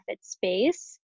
space